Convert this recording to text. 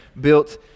built